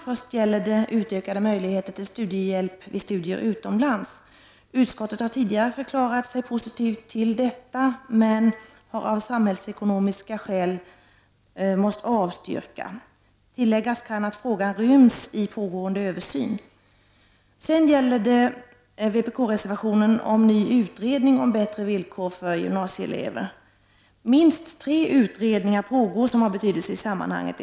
Först gäller det utökade möjligheter till studiehjälp vid studier utomlands. Utskottet har tidigare förklarat sig positivt till detta men har av samhällekonomiska skäl måst avstyrka. Tillläggas kan att frågan ryms i pågående översyn. Därefter gäller det vpk-reservationen om ny utredning om bättre villkor för gymnasieelever. Minst tre utredningar pågår som har betydelse i sammanhanget.